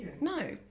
No